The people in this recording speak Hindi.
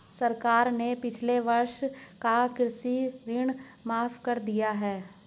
सरकार ने पिछले वर्ष का कृषि ऋण माफ़ कर दिया है